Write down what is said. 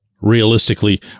realistically